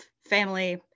family